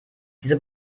diese